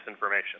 disinformation